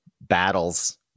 battles